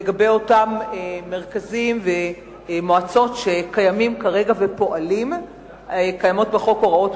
לגבי אותם מרכזים ומועצות שקיימים ופועלים כרגע.